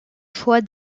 choix